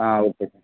okay sir